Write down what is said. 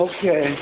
Okay